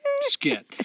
skit